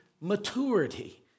maturity